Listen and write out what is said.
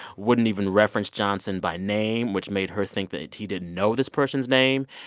wouldn't even reference johnson by name, which made her think that he didn't know this person's name.